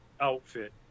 outfit